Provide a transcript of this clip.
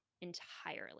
entirely